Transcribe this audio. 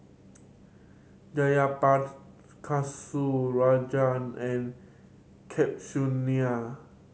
Jayaprakash Rajan and